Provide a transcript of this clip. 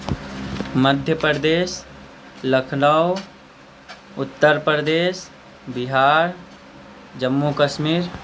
Madhya Pradesh Lucknow Uttar Pradesh Bihar Jammu Kashmir